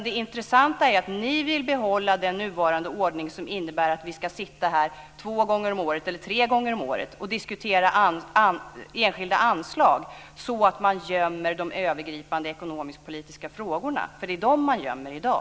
Det intressanta är att ni vill behålla den nuvarande ordning som innebär att vi två eller tre gånger om året ska diskutera enskilda anslag så att man gömmer de övergripande ekonomisk-politiska frågorna. Det är dem man gömmer i dag.